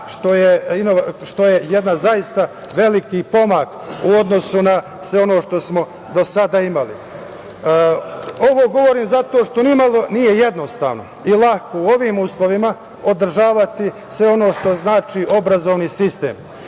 što je jedan zaista veliki pomak u odnosu na sve ono što smo do sada imali. Ovo govorim zato što ni malo nije jednostavno i lako u ovim uslovima održavati sve ono što znači obrazovni sistem.